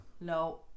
No